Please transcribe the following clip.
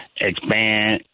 expand